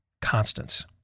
constants